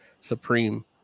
Supreme